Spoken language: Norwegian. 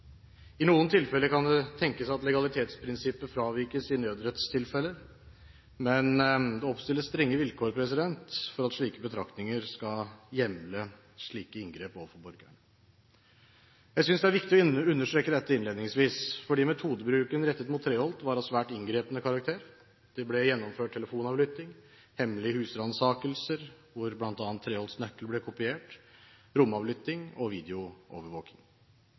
I noen tilfeller kan det tenkes at legalitetsprinsippet fravikes i nødrettstilfeller, men det oppstilles strenge vilkår for at slike betraktninger skal hjemle slike inngrep overfor borgerne. Jeg synes det er viktig å understreke dette innledningsvis, fordi metodebruken rettet mot Treholt var av svært inngripende karakter: Det ble gjennomført telefonavlytting, hemmelige husransakelser, hvor bl.a. Treholts nøkkel ble kopiert, romavlytting og videoovervåking.